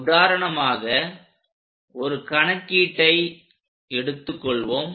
உதாரணமாக ஒரு கணக்கீட்டை எடுத்து கொள்வோம்